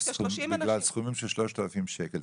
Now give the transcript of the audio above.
בגלל סכומים של 3,000 שקלים.